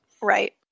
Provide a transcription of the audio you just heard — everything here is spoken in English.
Right